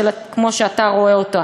כמו שאתה רואה אותה,